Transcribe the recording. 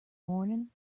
morning